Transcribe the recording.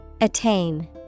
Attain